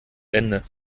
ende